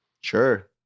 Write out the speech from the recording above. Sure